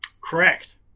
Correct